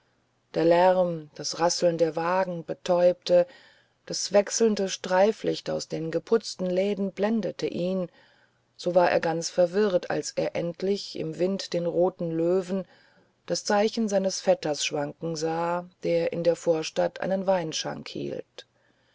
der lärm das rasseln der wagen betäubte das wechselnde streiflicht aus den geputzten läden blendete ihn so war er ganz verwirrt als er endlich im wind den roten löwen das zeichen seines vetters schwanken sah der in der vorstadt einen weinschank hielt